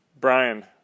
Brian